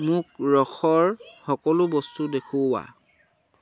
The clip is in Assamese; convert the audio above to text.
মোক ৰসৰ সকলো বস্তু দেখুওৱা